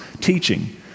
teaching